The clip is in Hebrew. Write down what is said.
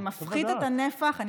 זה מפחית את הנפח, וואו, טוב לדעת.